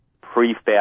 prefab